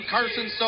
Carson